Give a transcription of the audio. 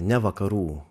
ne vakarų